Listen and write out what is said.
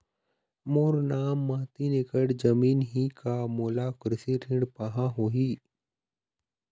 मोर नाम म तीन एकड़ जमीन ही का मोला कृषि ऋण पाहां होही?